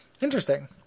Interesting